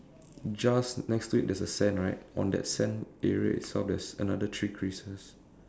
just next to it there's a sand right on that sand area itself there's another three creases